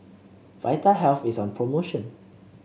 Vitahealth is on promotion